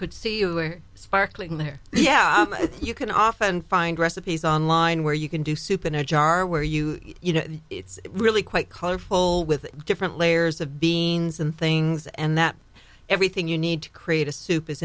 could see were sparkling there yeah you can often find recipes online where you can do soup in a jar where you you know it's really quite colorful with different layers of beings and things and that everything you need to create a soup is